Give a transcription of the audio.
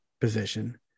position